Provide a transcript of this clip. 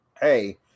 Hey